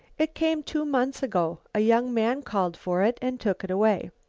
it came two months ago. a young man called for it and took it away.